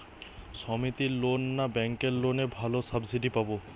সমিতির লোন না ব্যাঙ্কের লোনে ভালো সাবসিডি পাব?